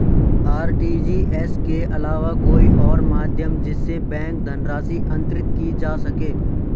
RTGS के अलावा कोई और माध्यम जिससे बैंक धनराशि अंतरित की जा सके?